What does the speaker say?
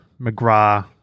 McGrath